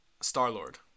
Star-Lord